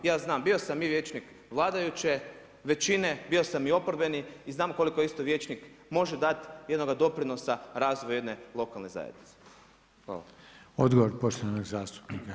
Ja znam bio sam i vijećnik vladajuće većine, bio sam i oporbeni i znam koliko isto vijećnik može dati jednoga doprinosa razvoju jedne lokalne zajednice.